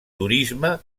turisme